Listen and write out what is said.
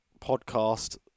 podcast